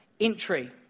entry